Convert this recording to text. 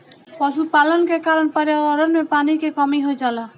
पशुपालन के कारण पर्यावरण में पानी क कमी हो जाला